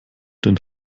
den